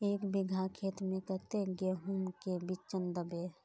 एक बिगहा खेत में कते गेहूम के बिचन दबे?